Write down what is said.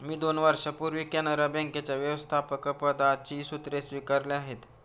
मी दोन वर्षांपूर्वी कॅनरा बँकेच्या व्यवस्थापकपदाची सूत्रे स्वीकारली आहेत